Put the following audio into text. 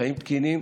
חיים תקינים,